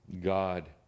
God